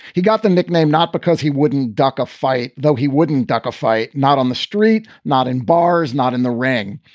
he got the nickname not because he wouldn't duck a fight, though. he wouldn't duck a fight. not on the street, not in bars, not in the ring.